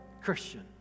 Christian